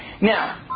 Now